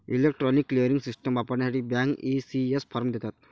electronic clearing system वापरण्यासाठी bank, ECS form देतात